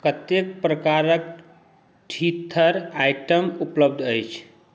कतेक प्रकारके teether item उपलब्ध अछि